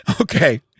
Okay